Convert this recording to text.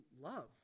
love